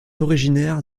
originaire